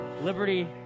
Liberty